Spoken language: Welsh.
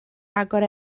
agor